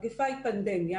מגפה היא פנדמיה,